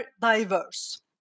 diverse